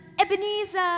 Ebenezer